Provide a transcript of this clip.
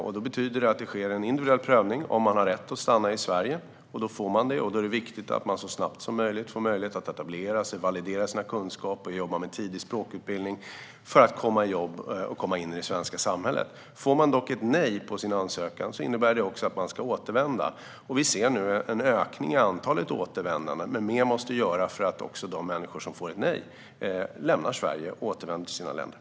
Det betyder att det sker en individuell prövning. Om man har rätt att stanna i Sverige får man göra det. Då är det viktigt att man så snabbt som möjligt får möjlighet att etablera sig, validera sina kunskaper och jobba med tidig språkutbildning för att komma i jobb och komma in i det svenska samhället. Får man ett nej på sin ansökan innebär det att man ska återvända. Vi ser nu en ökning av antalet återvändande. Men mer måste göras så att de människor som får ett nej lämnar Sverige och återvänder till sina länder.